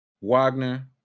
Wagner